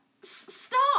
Stop